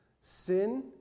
sin